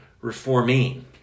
reforming